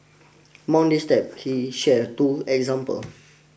amongst these steps he shared two examples